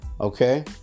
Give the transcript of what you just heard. okay